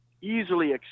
easily